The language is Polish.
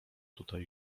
tutaj